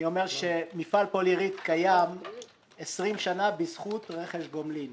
אני אומר שמפעל "פולירית" קיים 20 שנה בזכות רכש גומלין.